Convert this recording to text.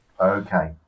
Okay